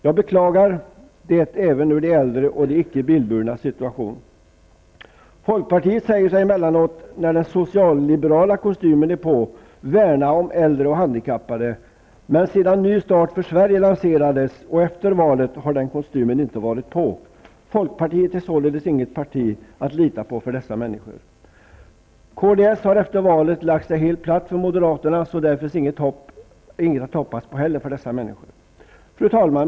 Jag beklagar det även ur de äldres och icke bilburnas synvinkel. Folkpartiet säger sig emellanåt -- när den socialliberala kostymen är på -- värna om äldre och handikappade. Men sedan ''Ny start för Sverige'' lanserades och efter valet har den kostymen inte varit på. Folkpartiet är således inget parti att lita på för dessa människor. Kds har efter valet lagt sig helt platt för moderaterna, så där finns heller inget att hoppas på för dessa människor. Fru talman!